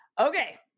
okay